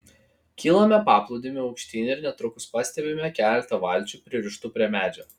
kylame paplūdimiu aukštyn ir netrukus pastebime keletą valčių pririštų prie medžio